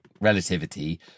relativity